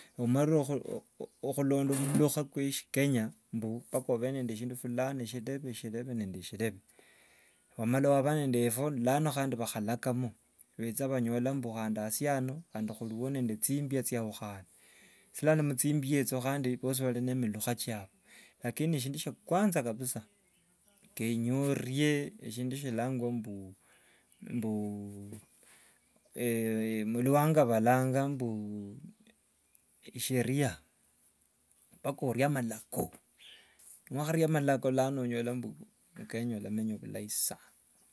Nomarire khulonda omulukha kwe shikenya mbu mpaka obe nende shindu fulani shireve shireve nende shireve. Wamala- waba nende ebo, lano khandi vakhalakhakamo becha banyola mbu khandi asi- ano hurio nende chimbia chiyabukhane lano muchimbia echyo khandi bosi balinende milukha chabwe. Lakini shindu sha kwanza kenya- orie shindu shilangwa mbu muluwanga balanga mbu sheria, mpaka orie amalako, niwakharia malako lano onyola mbu kenya olamenya obulai sana.